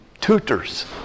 tutors